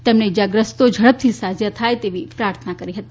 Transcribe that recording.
તેમણે ઇજાગ્રસ્તો ઝડપથી સાજા થાય તેવી પ્રાર્થના કરી છે